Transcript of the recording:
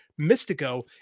Mystico